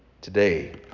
today